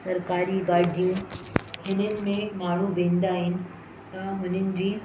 सरकारी गाॾियूं हिननि में माण्हू वेंदा आहिनि त हुननि जी